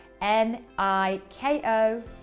N-I-K-O